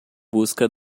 busca